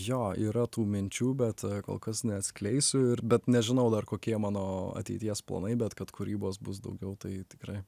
jo yra tų minčių bet kol kas neatskleisiu ir bet nežinau dar kokie mano ateities planai bet kad kūrybos bus daugiau tai tikrai